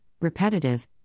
repetitive